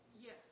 Yes